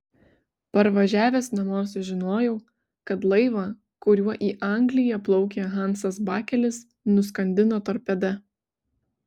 parvažiavęs namo sužinojau kad laivą kuriuo į angliją plaukė hansas bakelis nuskandino torpeda